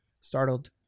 Startled